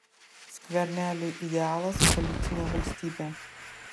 skverneliui idealas policinė valstybė